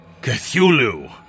Cthulhu